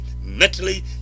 mentally